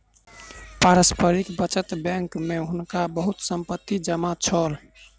पारस्परिक बचत बैंक में हुनका बहुत संपत्ति जमा छल